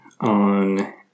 on